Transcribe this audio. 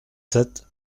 sept